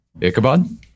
Ichabod